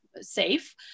safe